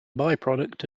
byproduct